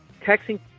texting